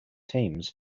teams